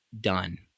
done